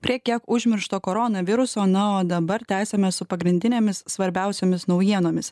prie kiek užmiršto korona viruso na o dabar tęsiame su pagrindinėmis svarbiausiomis naujienomis